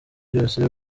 byose